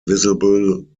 visible